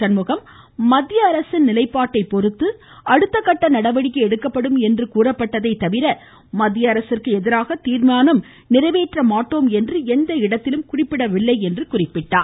சண்முகம் மத்திய அரசின் நிலைப்பாட்டை பொருத்து அடுத்த கட்ட நடவடிக்கை எடுக்கப்படும் என்று கூறப்பட்டதே தவிர மத்திய அரசுக்கு எதிராக தீர்மானம் நிறைவேற்ற மாட்டோம் என்று எந்த இடத்திலும் குறிப்பிடவில்லை என்று கூறினார்